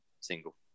single